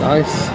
Nice